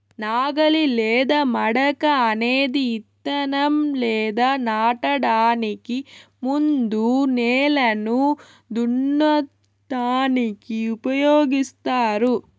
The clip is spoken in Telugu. నాగలి లేదా మడక అనేది ఇత్తనం లేదా నాటడానికి ముందు నేలను దున్నటానికి ఉపయోగిస్తారు